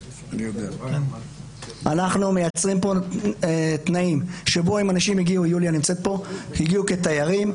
אנחנו מייצרים פה תנאים שאם אנשים יגיעו כתיירים,